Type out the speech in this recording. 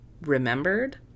remembered